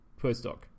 postdoc